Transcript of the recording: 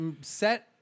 set